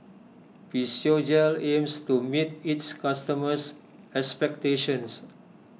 Physiogel aims to meet its customers' expectations